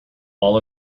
all